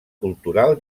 cultural